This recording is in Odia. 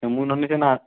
ତୁମକୁ ନହେଲେ ସିଏ ନା